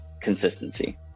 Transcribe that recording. consistency